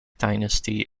dynasty